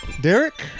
Derek